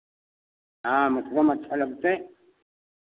हाँ मथुरा में अच्छा लगतएँ